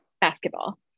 basketball